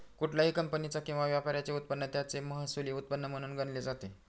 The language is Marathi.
कुठल्याही कंपनीचा किंवा व्यापाराचे उत्पन्न त्याचं महसुली उत्पन्न म्हणून गणले जाते